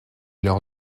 leur